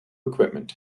equipment